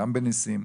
גם בניסים,